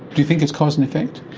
do you think it's cause and effect?